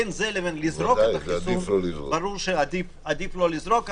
בין זה ובין לזרוק ברור שעדיף לא לזרוק,